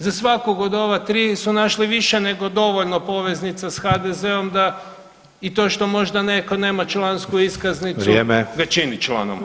Za svakog od ova tri su našli više nego dovoljno poveznica s HDZ-om da i to što možda netko nema člansku iskaznicu [[Upadica: Vrijeme.]] ga čini članom HDZ-a.